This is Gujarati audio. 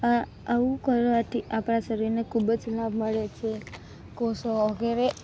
આ આવું કરવાથી આપણાં શરીરને ખૂબ જ લાભ મળે છે કોષો વગેરે